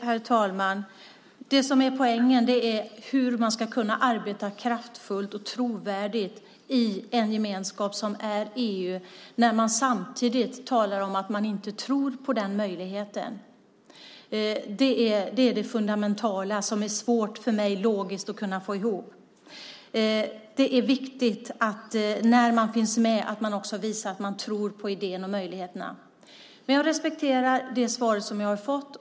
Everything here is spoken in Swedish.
Herr talman! Det som är poängen är hur man ska kunna arbeta kraftfullt och trovärdigt i en gemenskap som EU när man samtidigt talar om att man inte tror på den möjligheten. Det är det fundamentala som är svårt för mig att logiskt få ihop. När man finns med är det viktigt att visa att man tror på idén och möjligheterna. Men jag respekterar det svar som jag har fått.